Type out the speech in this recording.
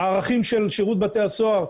הערכים של שירות בתי הסוהר,